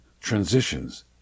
transitions